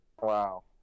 Wow